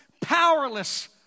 powerless